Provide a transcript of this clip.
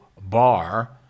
bar